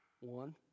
One